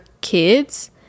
kids